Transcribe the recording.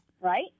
right